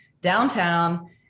downtown